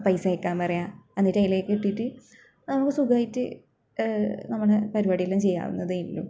പൈസ അയയ്ക്കാൻ പറയാം എന്നിട്ട് അതിലേക്ക് ഇട്ടിട്ട് നമുക്ക് സുഖമായിട്ട് നമ്മുടെ പരിപാടിയെല്ലാം ചെയ്യാവുന്നതേ ഉള്ളൂ